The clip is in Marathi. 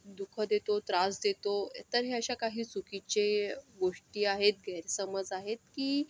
दुःख देतो त्रास देतो तर ह्या अशा काही चुकीचे गोष्टी आहेत गैरसमज आहेत की